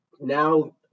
Now